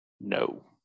No